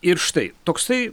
ir štai toksai